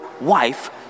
wife